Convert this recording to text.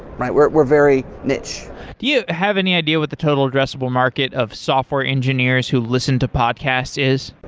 right? we're we're very niche do you have any idea what the total addressable market of software engineers who listen to podcasts is?